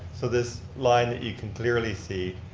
so this line you can clearly see,